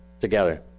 together